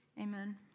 Amen